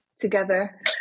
together